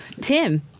Tim